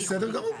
בסדר גמור.